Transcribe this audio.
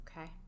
Okay